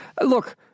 look